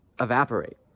evaporate